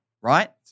Right